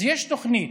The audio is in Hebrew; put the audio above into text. אז יש תוכנית,